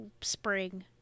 spring